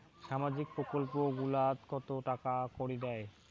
সামাজিক প্রকল্প গুলাট কত টাকা করি দেয়?